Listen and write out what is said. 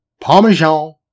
Parmesan